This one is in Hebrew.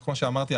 כמו שאמרתי,